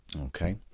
Okay